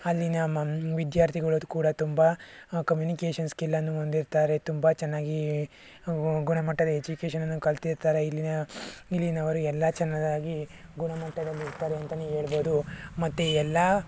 ಅಲ್ಲಿನ ವಿದ್ಯಾರ್ಥಿಗಳು ಕೂಡ ತುಂಬ ಕಮ್ಯುನಿಕೇಷನ್ ಸ್ಕಿಲ್ಲನ್ನು ಹೊಂದಿರುತ್ತಾರೆ ತುಂಬ ಚೆನ್ನಾಗಿ ಗುಣಮಟ್ಟದ ಎಜುಕೇಶನನ್ನು ಕಲಿತಿರ್ತಾರೆ ಇಲ್ಲಿನ ಇಲ್ಲಿನವರು ಎಲ್ಲ ಚೆನ್ನಾಗಿ ಗುಣಮಟ್ಟದಲ್ಲಿರ್ತಾರೆ ಅಂತಲೇ ಹೇಳ್ಬೋದು ಮತ್ತೆ ಎಲ್ಲ